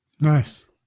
Nice